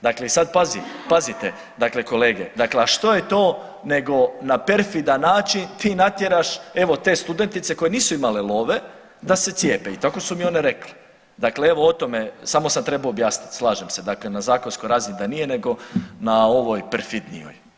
Dakle, i sad pazi, pazite, dakle kolege, dakle, a što je to nego na perfidan način ti natjeraš evo te studentice koje nisu imale love da se cijepe i tako su mi one rekla, dakle evo o tome, samo sam trebao objasnit, slažem se, dakle na zakonskoj razini da nije nego na ovoj perfidnijoj.